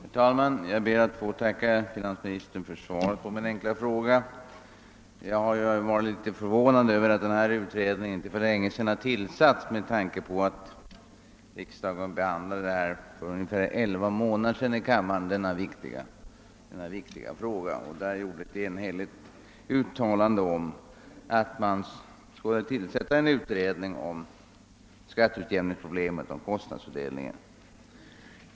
Herr talman! Jag ber att få tacka finansministern för svaret på min fråga. Jag har varit en smula förvånad över att den aktuella utredningen inte för länge sedan tillsatts, eftersom riksdagen behandlade denna viktiga fråga för ungefär elva månader sedan. Därvid gjordes ett enhälligt uttalande om tillsättandet av en utredning angående skatteutjämningssystemet och kostnadsfördelningen mellan stat och kommun.